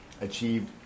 achieve